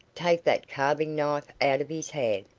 take that carving-knife out of his hand.